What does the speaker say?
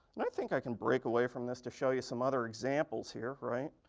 i think i can break away from this to show you some other examples here, right?